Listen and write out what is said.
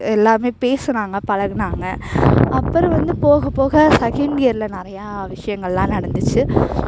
எல்லாருமே பேசினாங்க பழகுனாங்க அப்புறம் வந்து போகப்போக செகண்ட் இயரில் நிறையா விஷயங்கள்லாம் நடந்துச்சு